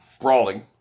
brawling